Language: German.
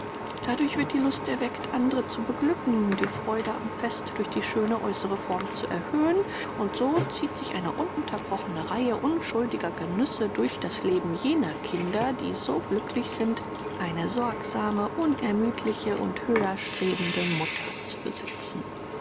dadurch wird die lust erweckt andere zu beglücken die freude am fest durch die schöne äußere form zu erhöhen und so zieht sich eine ununterbrochene reihe unschuldiger genüsse durch das leben jener kinder die so glücklich sind eine sorgsame unermüdliche und höherstrebende mutter zu besitzen